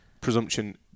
presumption